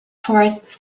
tourists